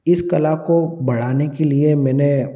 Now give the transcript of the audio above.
इस कला को बढ़ाने के लिए मैंने